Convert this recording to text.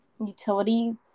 utility